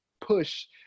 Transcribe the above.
push